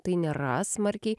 tai nėra smarkiai